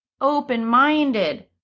open-minded